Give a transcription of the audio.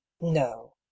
no